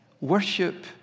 Worship